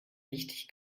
richtig